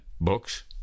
books